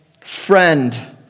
friend